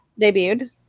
debuted